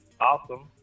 awesome